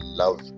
love